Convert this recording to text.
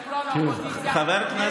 תסתכלו על האופוזיציה, אין אף אחד.